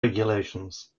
regulations